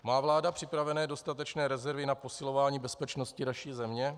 Má vláda připravené dostatečné rezervy na posilování bezpečnosti naší země?